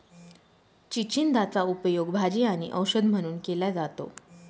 चिचिंदाचा उपयोग भाजी आणि औषध म्हणून केला जातो